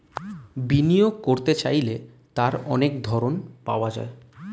বিনিয়োগ করতে চাইলে তার অনেক ধরন পাওয়া যায়